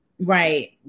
Right